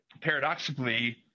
paradoxically